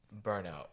burnout